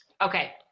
Okay